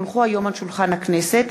כי הונחו היום על שולחן הכנסת,